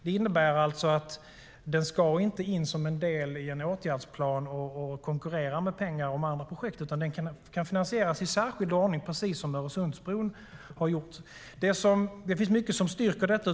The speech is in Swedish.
Det innebär alltså att den inte ska in i en del i en åtgärdsplan och konkurrera med pengar om andra projekt, utan den kan finansieras i särskild ordning precis som Öresundsbron har gjort. Det finns mycket som styrker detta.